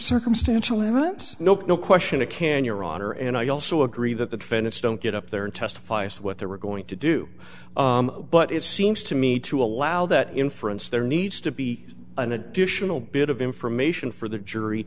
circumstantial evidence nope no question of can your honor and i also agree that the defendants don't get up there and testify as to what they were going to do but it seems to me to allow that inference there needs to be an additional bit of information for the jury